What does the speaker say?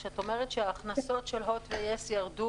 כשאת אומרת שהכנסות של הוט ויס ירדו,